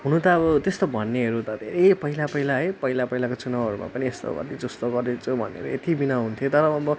हुनु त अब त्यस्तो भन्नेहरू त धेरै पहिला पहिला है पहिला पहिलाको चुनाउहरूमा पनि यस्तो गरिदिन्छु उस्तो गरिदिन्छु भनेर यति बिघ्न हुन्थ्यो तर अब